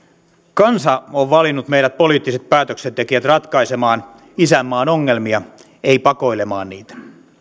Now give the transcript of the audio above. kansa on valinnut meidät poliittiset päätöksentekijät ratkaisemaan isänmaan ongelmia ei pakoilemaan niitä